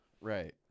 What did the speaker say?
Right